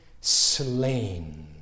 slain